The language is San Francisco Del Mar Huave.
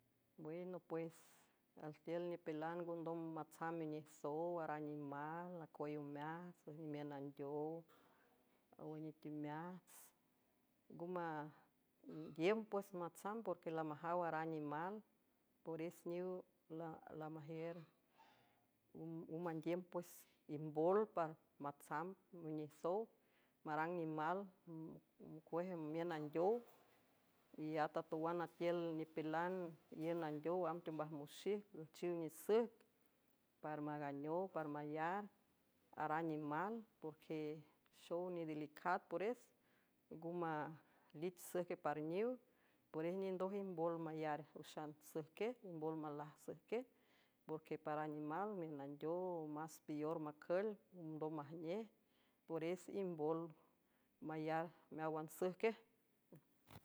Bueno pues altiül nipilan ngondom matsamb inejsow ara animal acuüy omeats wüj nimiün andeow awünetemeats ngu mandiüm pues matsam porque lamajaw ara animal pores niw lamajiür mandiüm pues imbol patamb inijsow marang nimal cuee miün andeow y atatowan atiül nipilan iün andeow amb teombaj moxij üjchiw nisüjc para manganeow para mayar ara nimal porque xow nidelicat pores ngo malich süjque par niw peres nindoj imbol mayar wüxan süjque imbol malajsüjque porque para animal miün andeow más pilor macül ondom majnej pores imbol mayar meáwan süjque.